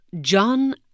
John